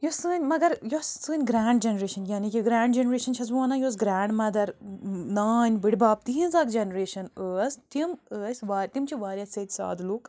یۄس سٲنۍ مگر یۄس سٲنۍ گرٛینٛڈ جنریشَن یعنی کہِ گرٛینٛڈ جنریشَن چھیٚس بہٕ ونان یۄس گرٛینٛڈ مدَر نانۍ بٕڑۍ بَب تہنٛز اَکھ جنریشَن ٲس تِم ٲسۍ وا تِم چھِ واریاہ سیٛدۍ سادہ لوٗکھ